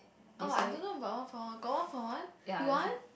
oh I don't know buy one free one got one you want